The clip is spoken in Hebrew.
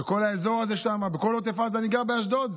בכל האזור הזה שם, בכל עוטף עזה, אני גר באשדוד,